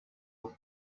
with